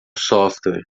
software